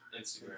Instagram